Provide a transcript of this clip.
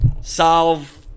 solve